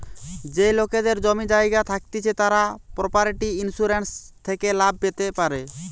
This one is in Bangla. যেই লোকেদের জমি জায়গা থাকতিছে তারা প্রপার্টি ইন্সুরেন্স থেকে লাভ পেতে পারে